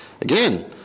Again